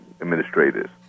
administrators